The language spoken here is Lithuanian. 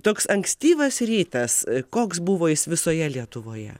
toks ankstyvas rytas koks buvo jis visoje lietuvoje